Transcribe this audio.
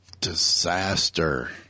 disaster